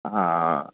ആ